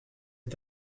est